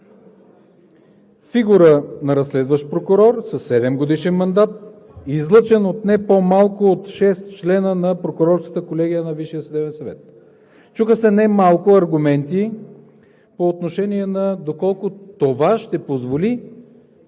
Фигура на разследващ прокурор със 7-годишен мандат, излъчен от не по-малко от шест члена на Прокурорската колегия на Висшия съдебен съвет. Чуха се немалко аргументи по отношение доколко това ще позволи